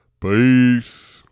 peace